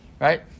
Right